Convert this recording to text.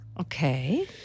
Okay